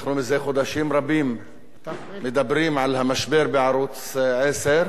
זה חודשים רבים אנחנו מדברים על המשבר בערוץ-10,